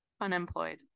Unemployed